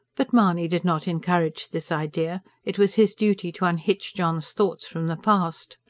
but mahony did not encourage this idea it was his duty to unhitch john's thoughts from the past.